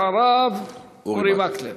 ולאחריו, אורי, אורי מקלב.